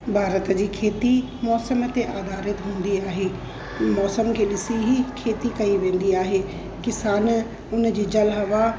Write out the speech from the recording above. भारत जी खेती मौसम ते आधारित हूंदी आहे मौसम खे ॾिसी ई खेती कई वेंदी आहे किसान उन जी जल हवा